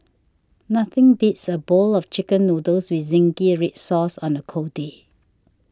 nothing beats a bowl of Chicken Noodles with Zingy Red Sauce on a cold day